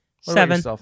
Seven